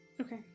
Okay